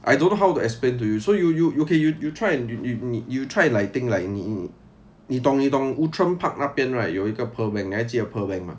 I don't know how to explain to you so you you okay you you try and you you you try and like think like 你你懂你懂 outram park 那边 right 有一个 pearl bank 你还记得 pearl bank